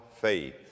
Faith